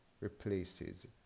replaces